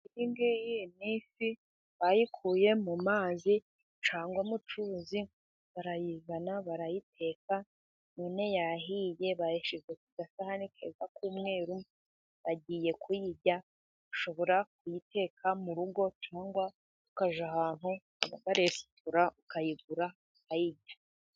Iyi ni ifi. Bayikuye mu mazi cyangwa mu cyuzi. Barayigana barayiteka. None yahiye bayishije ku gasahani keza k'umweru. Bagiye kuyirya. Ushobora kuyiteka mu rugo cyangwa ukajya ahantu baha resitora ukayigura ayirya.